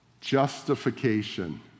justification